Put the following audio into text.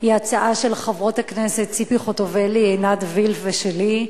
היא הצעה של חברות הכנסת ציפי חוטובלי ועינת וילף ושלי,